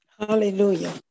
Hallelujah